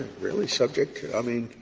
really subject i mean,